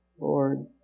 Lord